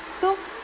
so